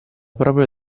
proprio